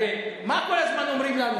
הרי מה כל הזמן אומרים לנו?